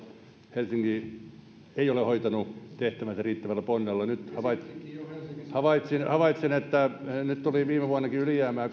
helsinki ei ole hoitanut tehtäväänsä riittävällä ponnella havaitsin että nyt tuli viime vuonnakin ylijäämää